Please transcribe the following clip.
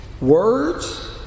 Words